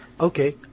Okay